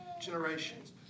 generations